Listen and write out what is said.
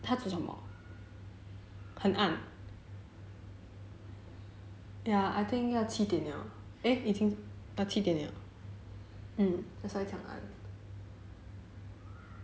他今天煮什么很暗 ya I think 要七点了 eh 已经七点了